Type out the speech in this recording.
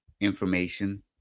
information